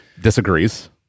disagrees